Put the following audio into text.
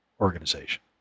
organization